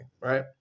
right